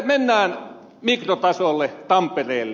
mennään mikrotasolle tampereelle